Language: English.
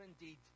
indeed